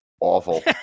awful